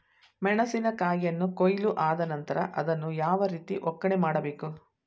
ಮೆಣಸಿನ ಕಾಯಿಯನ್ನು ಕೊಯ್ಲು ಆದ ನಂತರ ಅದನ್ನು ಯಾವ ರೀತಿ ಒಕ್ಕಣೆ ಮಾಡಬೇಕು?